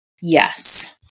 Yes